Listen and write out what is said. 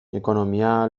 ekonomia